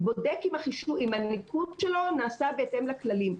הוא בודק אם הניקוד שלו נעשה בהתאם לכללים,